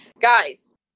guys